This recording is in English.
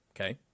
okay